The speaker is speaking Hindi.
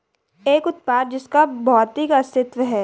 एक उत्पाद जिसका भौतिक अस्तित्व है?